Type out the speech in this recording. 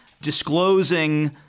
disclosing